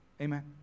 Amen